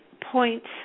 points